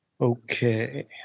Okay